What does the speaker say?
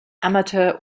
amateur